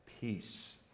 peace